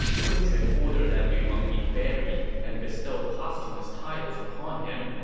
sun quan ordered that lu meng be buried and bestowed posthumous titles upon him,